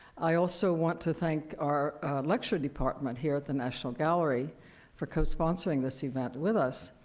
i also want to thank our lecture department here at the national gallery for cosponsoring this event with us.